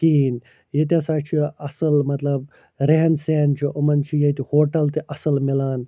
کِہیٖنۍ ییٚتہِ ہَسا چھُ اصٕل مطلب رہن سہن چھُ یِمن چھِ ییٚتہِ ہوٹل تہِ اصٕل میلان